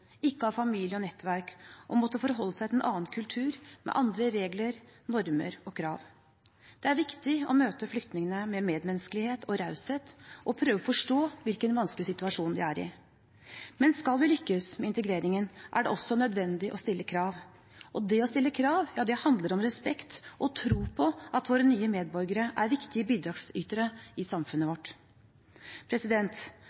ikke ha familie og nettverk og måtte forholde seg til en annen kultur, med andre regler, normer og krav. Det er viktig å møte flyktningene med medmenneskelighet og raushet og prøve å forstå hvilken vanskelig situasjon de er i. Men skal vi lykkes med integreringen, er det også nødvendig å stille krav. Det å stille krav handler om respekt for og tro på at våre nye medborgere er viktige bidragsytere i samfunnet